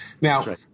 Now